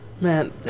Man